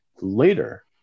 Later